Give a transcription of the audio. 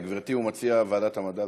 גברתי, הוא מציע ועדת המדע.